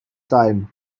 time